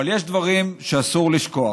אבל יש דברים שאסור לשכוח.